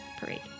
Parade